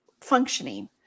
functioning